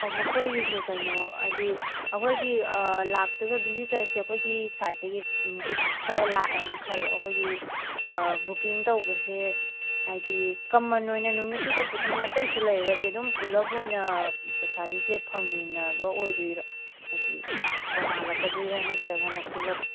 ꯑꯣ ꯃꯈꯣꯏꯒꯤꯁꯦ ꯀꯩꯅꯣ ꯍꯥꯏꯗꯤ ꯑꯩꯈꯣꯏꯒꯤ ꯂꯥꯛꯇꯣꯏꯕ ꯚꯤꯖꯤꯇꯔꯁꯦ ꯑꯩꯈꯣꯏꯒꯤ ꯁꯥꯏꯠꯇꯒꯤ ꯒ꯭ꯔꯨꯞ ꯈꯔ ꯂꯥꯛꯑꯦꯅ ꯈꯜꯂꯣ ꯑꯩꯈꯣꯏꯒꯤ ꯕꯨꯛꯀꯤꯡ ꯇꯧꯕꯁꯦ ꯍꯥꯏꯗꯤ ꯀꯝꯃꯟ ꯑꯣꯏꯅ ꯅꯨꯃꯤꯠꯇꯨꯗ ꯕꯨꯛꯀꯤꯡ ꯑꯇꯩꯁꯨ ꯂꯩꯔꯒꯗꯤ ꯑꯗꯨꯝ ꯄꯨꯂꯞ ꯑꯣꯏꯅ ꯄ꯭ꯔꯁꯥꯗꯤꯁꯦ ꯐꯪꯃꯤꯟꯅꯕ ꯑꯣꯏꯗꯣꯏꯔꯣ ꯍꯥꯏꯗꯤ ꯇꯣꯉꯥꯜꯂꯛꯀꯗꯣꯏꯔ ꯅꯠꯇ꯭ꯔꯒꯅ ꯄꯨꯂꯞ